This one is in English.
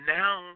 now –